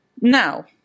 Now